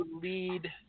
lead